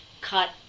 cut